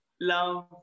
love